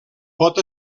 pot